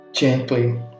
Gently